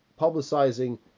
publicizing